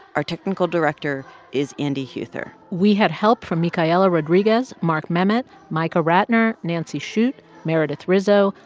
our technical director is andy huether we had help from micaela rodriguez, mark memmott, micah ratner, nancy shute, meredith rizzo,